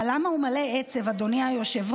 אבל למה הוא מלא עצב, אדוני היושב-ראש?